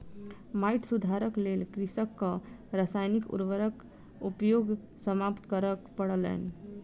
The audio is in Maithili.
माइट सुधारक लेल कृषकक रासायनिक उर्वरक उपयोग समाप्त करअ पड़लैन